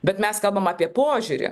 bet mes kalbam apie požiūrį